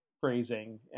phrasing